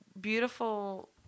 beautiful